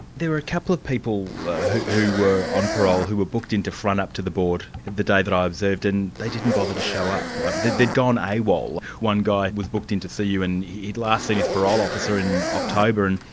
there were a couple of people who who were on parole who were booked into front up to the board the day that i observed, and they didn't bother to show up. they'd they'd gone awol. one guy who was booked in to see you, and he'd last seen his parole officer in october, and